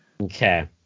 Okay